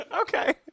Okay